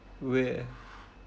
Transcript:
would